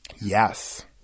Yes